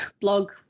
blog